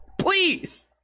Please